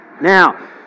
Now